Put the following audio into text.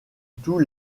tous